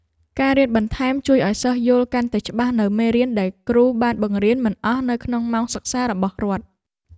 ការរៀនបន្ថែមជួយឱ្យសិស្សយល់កាន់តែច្បាស់នូវមេរៀនដែលគ្រូបានបង្រៀនមិនអស់នៅក្នុងម៉ោងសិក្សារបស់រដ្ឋ។